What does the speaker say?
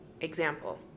example